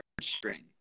string